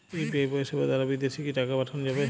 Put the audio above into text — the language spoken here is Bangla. ইউ.পি.আই পরিষেবা দারা বিদেশে কি টাকা পাঠানো যাবে?